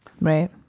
Right